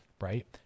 right